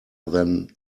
than